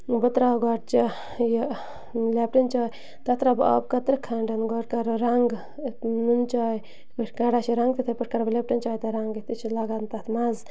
بہٕ ترٛاوٕ گۄڈٕ چاے یہِ لٮٚپٹَن چاے تَتھ ترٛاوٕ بہٕ آب قطرٕ کھَنٛڈ گۄڈٕ کَرٕ رَنٛگ نُنہٕ چاے یِتھٕ پٲٹھۍ کَڈان چھِ رَنٛگ تِتھٕے پٲٹھۍ کَرٕ بہٕ لٮٚپٹَن چاے تہِ رَنٛگ یِتھٕ کٔنۍ چھِ لَگان تَتھ مَزٕ